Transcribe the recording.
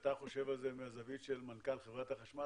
שאתה חושב על זה מהזווית של מנכ"ל חברת החשמל